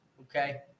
Okay